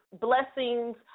blessings